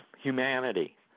humanity